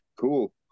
Cool